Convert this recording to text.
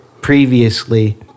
previously